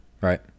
right